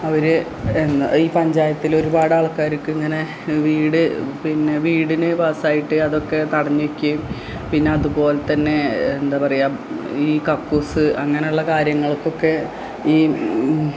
അവർ ഈ പഞ്ചായത്തിലെ ഒരുപാടാൾക്കാർക്കിങ്ങനെ വീട് പിന്നെ വീടിന് പാസ്സായിട്ട് അതൊക്കെ തടഞ്ഞു വെക്കുകയും പിന്നതുപോലെ തന്നെ എന്താ പറയുക ഈ കക്കൂസ് അങ്ങനെയുള്ള കാര്യങ്ങൾക്കൊക്കെ ഈ